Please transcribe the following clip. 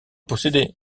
possédait